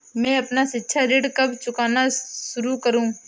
मैं अपना शिक्षा ऋण कब चुकाना शुरू करूँ?